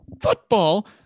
football